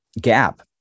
gap